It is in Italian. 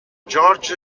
george